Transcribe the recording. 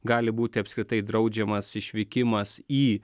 gali būti apskritai draudžiamas išvykimas į